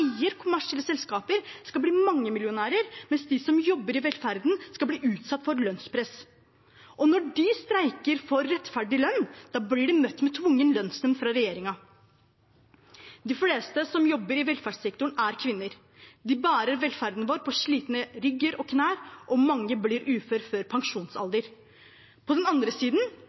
kommersielle selskaper, skal bli mangemillionærer, mens de som jobber i velferden, skal bli utsatt for lønnspress. Og når de streiker for rettferdig lønn, blir de møtt med tvungen lønnsnemnd fra regjeringen. De fleste som jobber i velferdssektoren, er kvinner. De bærer velferden vår på slitne rygger og knær, og mange blir uføre før pensjonsalder. På den andre siden